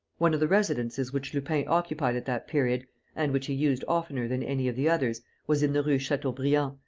one of the residences which lupin occupied at that period and which he used oftener than any of the others was in the rue chateaubriand,